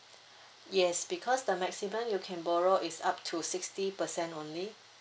yes because the maximum you can borrow is up to sixty percent only